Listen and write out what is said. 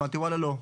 אמרתי לה וואלה לא.